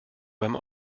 beim